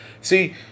See